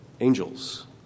angels